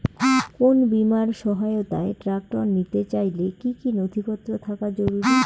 কোন বিমার সহায়তায় ট্রাক্টর নিতে চাইলে কী কী নথিপত্র থাকা জরুরি?